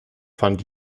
fand